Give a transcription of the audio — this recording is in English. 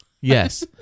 Yes